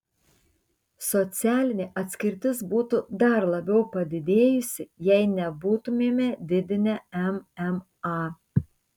socialinė atskirtis būtų dar labiau padidėjusi jei nebūtumėme didinę mma